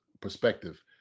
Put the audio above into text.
perspective